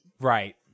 right